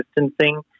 distancing